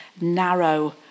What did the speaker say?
narrow